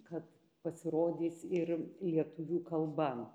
kad pasirodys ir lietuvių kalba